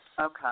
Okay